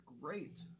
great